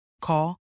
Call